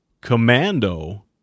Commando